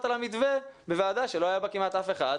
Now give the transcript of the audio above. על המתווה בוועדה שלא היה בה כמעט אף אחד,